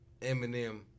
Eminem